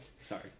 Sorry